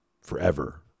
forever